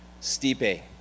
Stipe